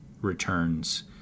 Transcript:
returns